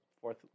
fourth